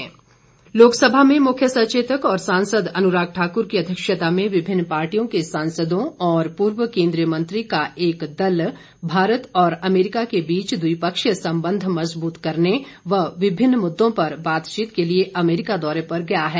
अनुराग लोकसभा में मुख्य सचेतक और सांसद अनुराग ठाकुर की अध्यक्षता में विभिन्न पार्टियों के सांसदों और पूर्व केंद्रीय मंत्री का एक दल भारत और अमेरिका के बीच द्विपक्षीय संबंध मजबूत करने व विभिन्न मुद्दों पर बातचीत के लिए अमेरिका दौरे पर गया है